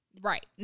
Right